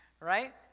right